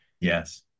Yes